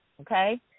Okay